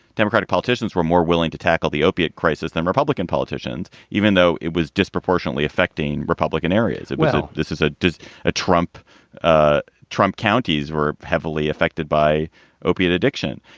democratic politicians were more willing to tackle the opiate crisis than republican politicians, even though it was disproportionately affecting republican areas. well, this is a does a trump ah trump counties were heavily affected by opiate addiction.